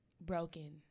broken